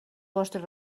vostres